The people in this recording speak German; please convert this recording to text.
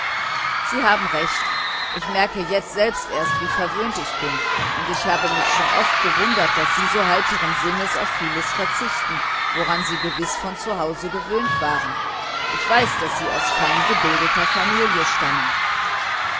sie haben recht ich merke jetzt selbst erst wie ich verwöhnt bin und ich habe mich schon oft gewundert daß sie so heitern sinnes auf vieles verzichten woran sie gewiß zu hause gewöhnt waren ich weiß daß sie aus fein gebildeter familie stammen